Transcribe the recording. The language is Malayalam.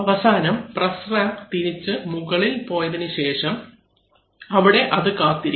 അവസാനം പ്രസ് റാം തിരിച്ച് മുകളിൽ പോയതിനു ശേഷം അവിടെ അതു കാത്തിരിക്കും